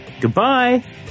Goodbye